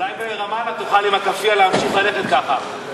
אולי ברמאללה תוכל להמשיך ללכת ככה עם הכאפיה.